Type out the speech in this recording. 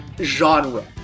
genre